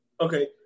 Okay